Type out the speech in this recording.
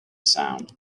sound